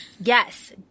Yes